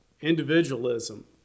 individualism